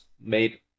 made